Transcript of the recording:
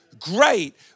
Great